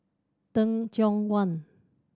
Teh Cheang Wan